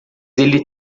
ele